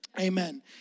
Amen